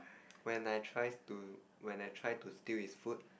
when I try to when I try to steal his food